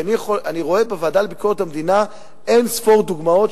כי אני רואה בוועדה לביקורת המדינה אין-ספור דוגמאות